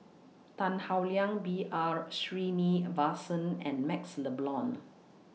Tan Howe Liang B R Sreenivasan and MaxLe Blond